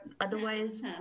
otherwise